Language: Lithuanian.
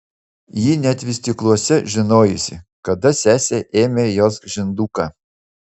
ji net vystykluose žinojusi kada sesė ėmė jos žinduką